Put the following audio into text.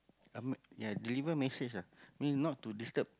um ya deliver message ah mean not to disturb